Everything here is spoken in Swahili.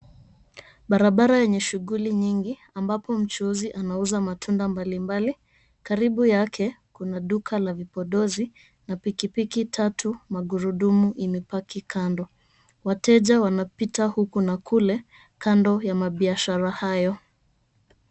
Barabara yenye shughuli nyingi ambapo mchuuzi ana matunda mbalimbali, karibu yake kuna duka la vipodozi na pikipiki tatu magurudumu ime park kando wateja wanapita huku na kule kando ya mabiashara hayo.